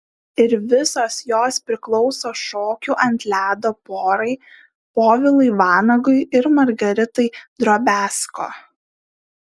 ir visos jos priklauso šokių ant ledo porai povilui vanagui ir margaritai drobiazko